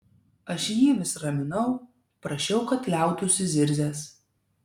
aš jį vis raminau prašiau kad liautųsi zirzęs